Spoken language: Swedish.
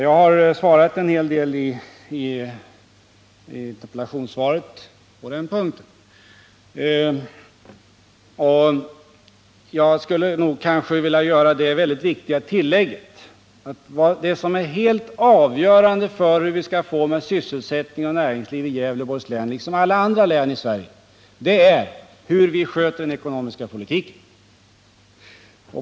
Jag har redogjort för en hel del i interpellationssvaret, och jag skulle vilja göra det mycket viktiga tillägget att det som är helt avgörande för hur vi skall få det med sysselsättning och näringsliv i Gävleborgs län liksom i alla andra län i Sverige är hur vi sköter den ekonomiska politiken.